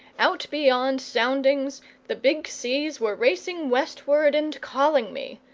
out beyond soundings the big seas were racing westward and calling me,